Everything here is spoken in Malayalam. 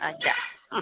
അച്ഛാ